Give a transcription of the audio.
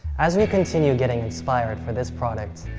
as we continue getting inspired for this product,